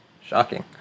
Shocking